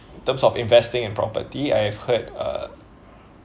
in terms of investing in property I've heard uh